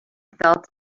felt